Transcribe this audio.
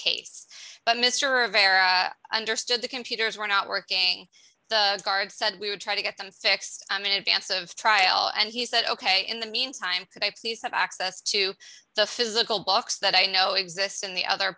case but mr of a or i understood the computers were not working the guard said we would try to get them fixed i'm in advance of trial and he said ok in the meantime could i please have access to the physical box that i know exists in the other